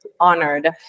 Honored